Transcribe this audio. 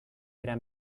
era